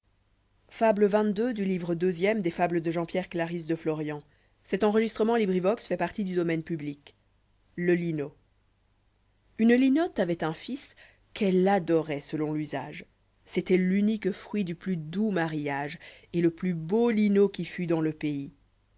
fable xxii le linot une linotte avoit un fils qu'elle adoroit selon l'usage c'était l'unique fruit du plus doux mariage et le plus beau linot qui fût dans le pays